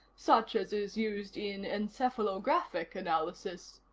such as is used in encephalographic analysis.